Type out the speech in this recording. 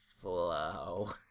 flow